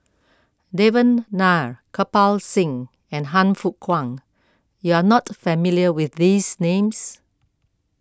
Devan Nair Kirpal Singh and Han Fook Kwang you are not familiar with these names